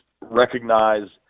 recognize –